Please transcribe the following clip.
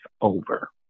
over